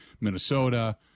Minnesota